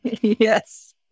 Yes